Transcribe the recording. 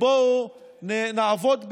בואו נעבוד ביחד,